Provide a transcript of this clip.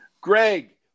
Greg